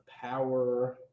Power